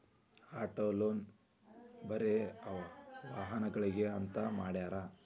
auto loan ಬರೆ ವಾಹನಗ್ಳಿಗೆ ಅಂತ್ ಮಾಡ್ಯಾರ